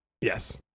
Yes